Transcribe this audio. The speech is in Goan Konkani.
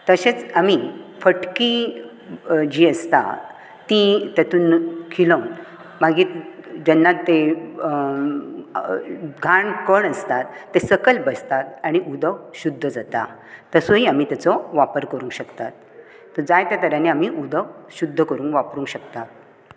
तशेंच आमी फटकी जी आसता ती तातूंत खिणप मागीर जेन्ना तें घाण कण आसतात ते सकयल बसतात आनी उदक शुध्द जाता तसोय आमी ताचो वापर करूं शकतात तर जायत्या तरानीं उदक शुध्द करून वापरूं शकतात